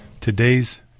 today's